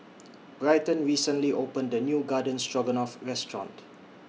Bryton recently opened A New Garden Stroganoff Restaurant